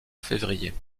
février